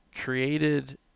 created